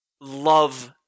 love